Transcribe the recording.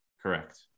Correct